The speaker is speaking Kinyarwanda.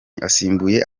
asimbuye